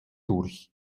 durch